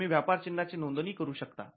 तुम्ही व्यापार चिन्हा ची नोंदणी करू शकता